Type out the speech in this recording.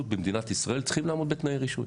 במדינת ישראל צריכים לעמוד בתנאי רישוי.